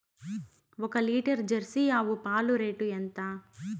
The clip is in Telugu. ఒక లీటర్ జెర్సీ ఆవు పాలు రేటు ఎంత?